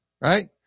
right